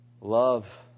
Love